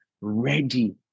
ready